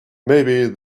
maybe